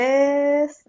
Yes